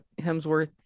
Hemsworth